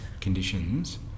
conditions